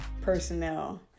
personnel